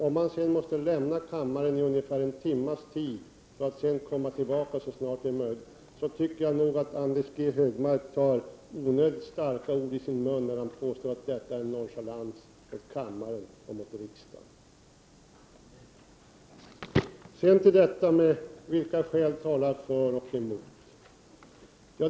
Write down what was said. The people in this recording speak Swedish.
Om han sedan måste lämna kammaren i ungefär en timmas tid för att komma tillbaka så snart det är möjligt, tycker jag nog att Anders G Högmark tar rätt starka ord i sin mun när han påstår att detta är nonchalans mot riksdagen och kammaren. Vilka skäl talar för och emot?